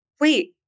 wait